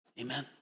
Amen